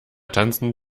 tanzen